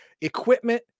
Equipment